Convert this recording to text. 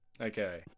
Okay